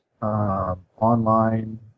Online